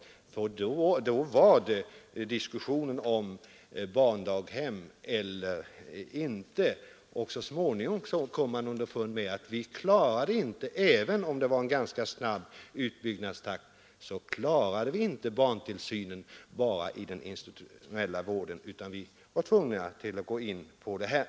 Under 1960-talet fördes diskussionen om barndaghem eller inte, och så småningom kom man underfund med att det inte gick att klara barntillsynen i den institutionella vården trots att utbyggnadstakten för barndaghem var ganska snabb.